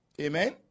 Amen